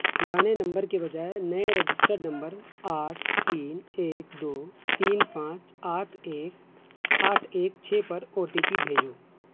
پرانے نمبر کے بجائے نئے رجسٹرڈ نمبر آٹھ تین ایک دو تین پانچ آٹھ ایک آٹھ ایک چھ پر او ٹی پی بھیجو